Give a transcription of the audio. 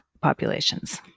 populations